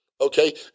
okay